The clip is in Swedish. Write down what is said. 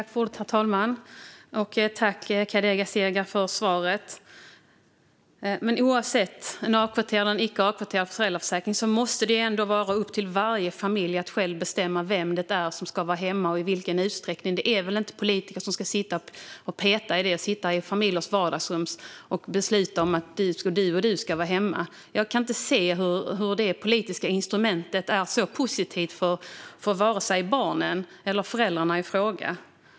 Herr talman! Jag tackar Kadir Kasirga för svaret. Oavsett en avkvoterad eller icke avkvoterad föräldraförsäkring måste det ändå vara upp till varje familj att själv bestämma vem som ska vara hemma och i vilken utsträckning. Det är väl inte politiker som ska sitta och peta i det och besluta om vem som ska vara hemma. Jag kan inte se att detta politiska instrument är så positivt för vare sig barnen eller föräldrarna i fråga.